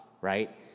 right